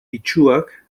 itsuak